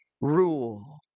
rule